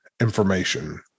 information